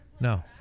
No